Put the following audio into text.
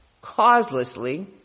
causelessly